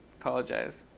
apologize.